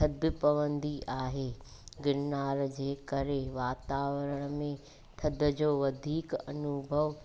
थधि पवंदी आहे गिरनार जे करे वातावरण में थधि जो वधीक अनुभव